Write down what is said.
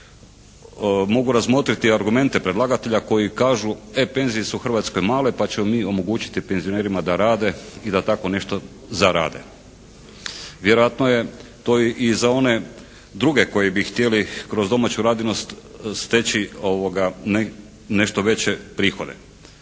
mogu razmotriti argumente predlagatelja koji kažu e penzije su u Hrvatskoj male pa ćemo mi omogućiti penzionerima da rade i da tako nešto zarade. Vjerojatno je to i za one druge koji bi htjeli kroz domaću radinost steći nešto veće prihode.